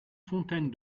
fontaine